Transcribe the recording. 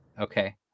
Okay